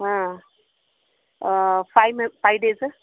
ಹಾಂ five ma'am five days